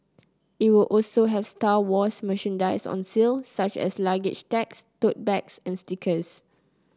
it will also have Star Wars merchandise on sale such as luggage tags tote bags and stickers